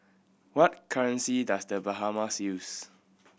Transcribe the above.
what currency does The Bahamas use